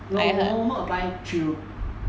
no normal apply three rooms